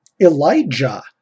Elijah